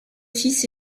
fils